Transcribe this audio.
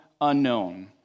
unknown